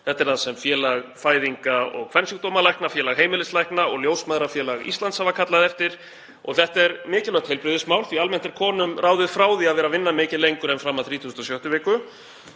þetta er það sem Félag íslenskra fæðinga- og kvensjúkdómalækna, Félag heimilislækna og Ljósmæðrafélag Íslands hafa kallað eftir. Þetta er mikilvægt heilbrigðismál því almennt er konum ráðið frá því að vera að vinna mikið lengur en fram á 36. viku.